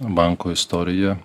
banko istorija